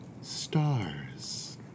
stars